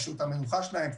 מה שעות המנוחה שלהם,